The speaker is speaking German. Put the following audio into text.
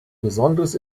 besonderes